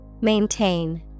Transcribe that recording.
Maintain